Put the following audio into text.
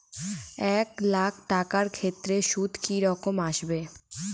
এক লাখ টাকার ক্ষেত্রে সুদ কি রকম আসবে?